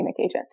agent